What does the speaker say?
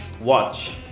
Watch